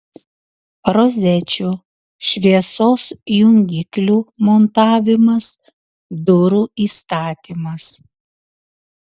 rozečių šviesos jungiklių montavimas durų įstatymas